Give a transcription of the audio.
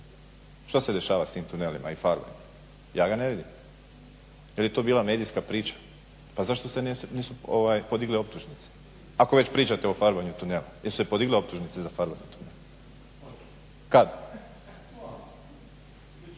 Šta se dešava s tim tunelima i farbanjem? Ja ga ne vidim. Je li to bila medijska priča? Pa zašto se nisu podigle optužnice, ako već pričate o farbanju tunela. Jesu se podigle optužnice za farbanje tunela? Kad?